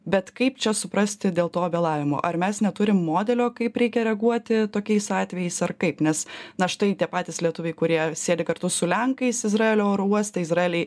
bet kaip čia suprasti dėl to vėlavimo ar mes neturim modelio kaip reikia reaguoti tokiais atvejais ar kaip nes na štai tie patys lietuviai kurie sėdi kartu su lenkais izraelio oro uoste izraelyj